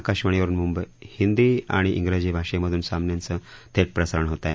आकाशवाणीवरुन हिंदी आणि शिजी भाषेमधून सामन्याचं थेट प्रसारण होत आहे